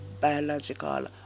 biological